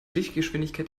lichtgeschwindigkeit